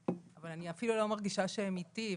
אבל אני אפילו לא מרגישה שהיא אתי.